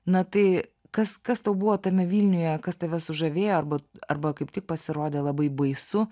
na tai kas kas tau buvo tame vilniuje kas tave sužavėjo arba arba kaip tik pasirodė labai baisu